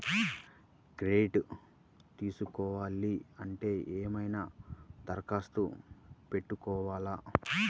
Credit తీసుకోవాలి అంటే ఏమైనా దరఖాస్తు పెట్టుకోవాలా?